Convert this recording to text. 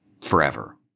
forever